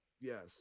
Yes